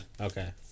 Okay